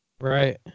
Right